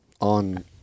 on